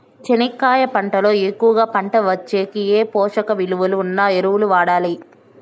చెనక్కాయ పంట లో ఎక్కువగా పంట వచ్చేకి ఏ పోషక విలువలు ఉన్న ఎరువులు వాడాలి?